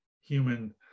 human